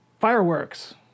fireworks